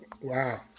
wow